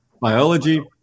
biology